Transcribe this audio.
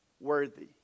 worthy